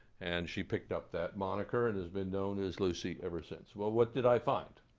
and she picked up that moniker and has been known as lucy ever since. well, what did i find?